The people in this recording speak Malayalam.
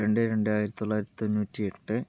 രണ്ട് രണ്ട് ആയിരത്തി തൊള്ളായിരത്തി തൊണ്ണൂറ്റിയെട്ട്